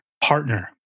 partner